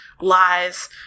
Lies